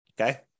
Okay